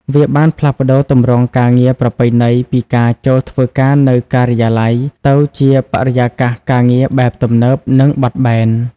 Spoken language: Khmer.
វាបានផ្លាស់ប្តូរទម្រង់ការងារប្រពៃណីពីការចូលធ្វើការនៅការិយាល័យ ទៅជាបរិយាកាសការងារបែបទំនើប និងបត់បែន។